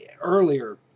earlier